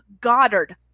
Goddard